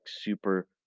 super